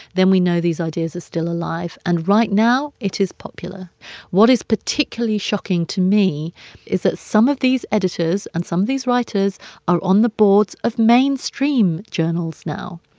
then we know these ideas are still alive. and right now, it is popular what is particularly shocking to me is that some of these editors and some of these writers are on the boards of mainstream journals now.